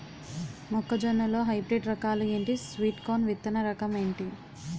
మొక్క జొన్న లో హైబ్రిడ్ రకాలు ఎంటి? స్వీట్ కార్న్ విత్తన రకం ఏంటి?